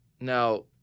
now